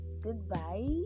goodbye